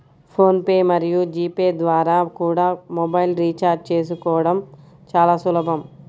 phone pay మరియు G Pay ద్వారా కూడా మొబైల్ రీఛార్జి చేసుకోవడం చాలా సులభం